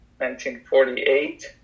1948